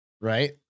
Right